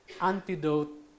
antidote